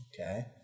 okay